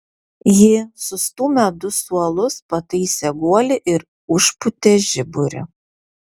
ji sustūmę du suolus pataisė guolį ir užpūtė žiburį